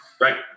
right